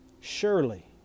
Surely